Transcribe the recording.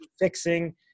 fixing